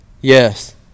yes